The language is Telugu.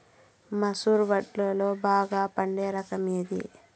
మసూర వడ్లులో బాగా పండే రకం ఏది?